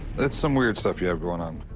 that's some weird stuff you have going on.